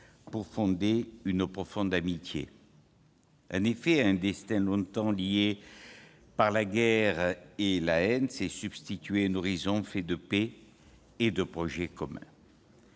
pour sceller une profonde amitié ? En effet, à un destin longtemps lié par la guerre et la haine s'est substitué un horizon fait de paix et de projets communs.